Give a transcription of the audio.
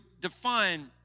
define